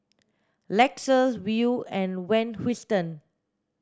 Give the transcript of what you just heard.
Lexus Viu and Van Houten